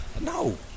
No